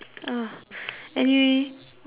any what other difference